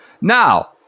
Now